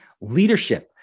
Leadership